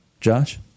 josh